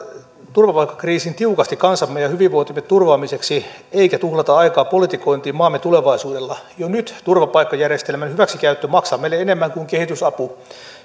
turvapaikkakriisiin tiukasti kansamme ja hyvinvointimme turvaamiseksi eikä tuhlata aikaa politikointiin maamme tulevaisuudella jo nyt turvapaikkajärjestelmän hyväksikäyttö maksaa meille enemmän kuin kehitysapu